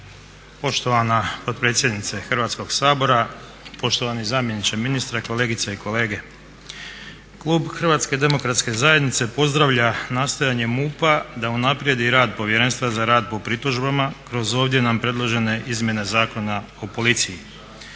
Poštovana potpredsjednice Hrvatskog sabora, poštovani zamjeniče ministra, kolegice i kolege. Klub HDZ-a pozdravlja nastojanje MUP-a da unaprijedi rad Povjerenstva za rad po pritužbama kroz ovdje nam predložene izmjene Zakona o policiji.